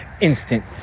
instant